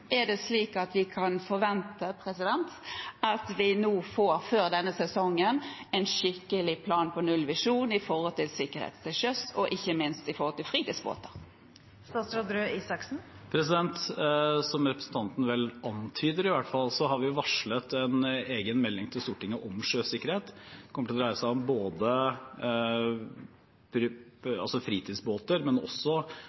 vi forvente at vi nå før denne sesongen får en skikkelig plan for nullvisjon med tanke på sikkerhet til sjøs, og ikke minst med tanke på fritidsbåter? Som representanten vel antyder, har vi varslet en egen melding til Stortinget om sjøsikkerhet. Den kommer til å dreie seg om